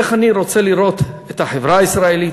איך אני רוצה לראות את החברה הישראלית.